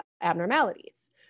abnormalities